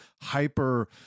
hyper-